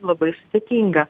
labai sudėtinga